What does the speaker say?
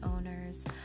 owners